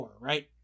right